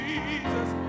Jesus